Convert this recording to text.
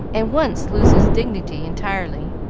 and once lose his dignity entirely.